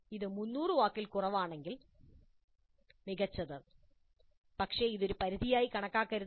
ഇത് 300 വാക്കുകളിൽ കുറവാണെങ്കിൽ മികച്ചത് പക്ഷേ അത് ഒരു പരിധിയായി കണക്കാക്കരുത്